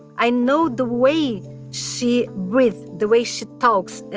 i know the way she breathes, the way she talks,